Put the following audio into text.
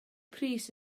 pris